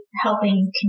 helping